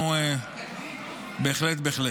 בהחלט, בהחלט.